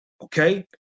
Okay